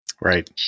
Right